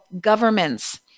governments